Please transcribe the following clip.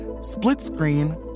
split-screen